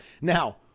Now